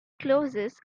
closes